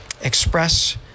express